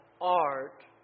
art